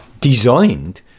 designed